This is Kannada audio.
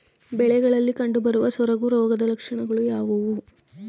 ಬೆಳೆಗಳಲ್ಲಿ ಕಂಡುಬರುವ ಸೊರಗು ರೋಗದ ಲಕ್ಷಣಗಳು ಯಾವುವು?